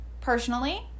Personally